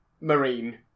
marine